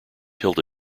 hilda